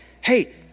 hey